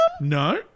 No